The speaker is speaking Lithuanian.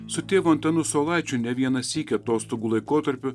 su tėvu antanu saulaičiu ne vieną sykį atostogų laikotarpiu